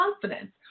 confidence